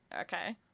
Okay